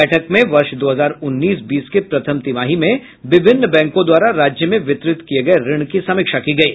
बैठक में वर्ष दो हजार उन्नीस बीस के प्रथम तिमाही में विभिन्न बैंकों द्वारा राज्य में वितरित किये गये ऋण की समीक्षा की गयी